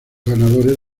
ganadores